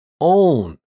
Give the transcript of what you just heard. own